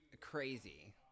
crazy